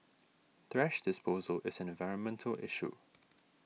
thrash disposal is an environmental issue